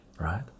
right